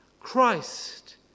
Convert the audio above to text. Christ